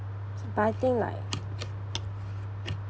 but I think like